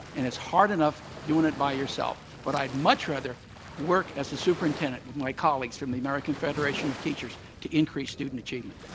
and it's hard enough doing it by yourself. but i'd much rather work as a superintendent with my colleagues from the american federation of teachers to increase student achievement.